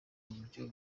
buryo